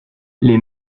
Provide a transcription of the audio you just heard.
les